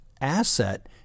asset